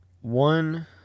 one